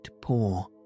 poor